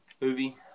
movie